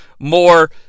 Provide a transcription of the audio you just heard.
More